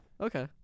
Okay